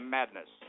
Madness